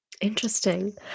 interesting